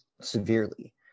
severely